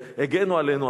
שהגנו עלינו,